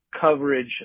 coverage